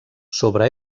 sobre